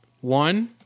One